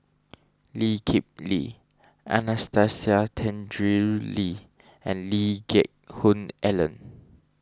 Lee Kip Lee Anastasia Tjendri Liew and Lee Geck Hoon Ellen